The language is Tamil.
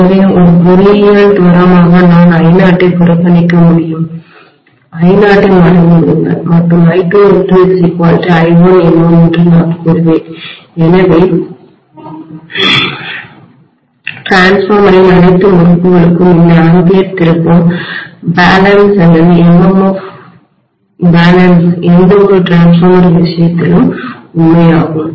எனவே ஒரு பொறியியல் தோராயமாக நான் I0 ஐ புறக்கணிக்க முடியும் I0 ஐ மறந்துவிடுங்கள் மற்றும் I2N2I1N1 என்று நான் கூறுவேன் எனவே I1I2N2N1 என்று சொல்ல முடியும் டிரான்ஸ்ஃபார்மரின் அனைத்து முறுக்குகளுக்கும் இந்த ஆம்பியர் திருப்பம் சமநிலைபேலன்ஸ் அல்லது MMF சமநிலை பேலன்ஸ் எந்தவொரு டிரான்ஸ்ஃபார்மரின் விஷயத்திலும் உண்மை ஆகும்